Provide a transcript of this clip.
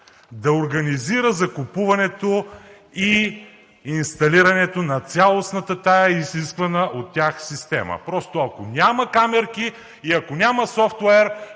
да организира закупуването и инсталирането на цялостната тази изисквана от тях система? Просто, ако няма камерки, ако няма софтуер,